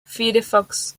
firefox